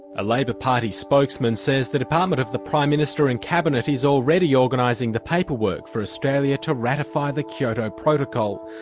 a labor party spokesman says the department of the prime minister in cabinet is already organising the paperwork for australia to ratify the kyoto protocol.